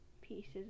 pieces